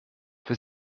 für